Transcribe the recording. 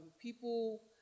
people